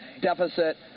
deficit